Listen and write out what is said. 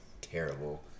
terrible